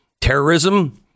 terrorism